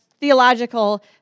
theological